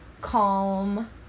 Calm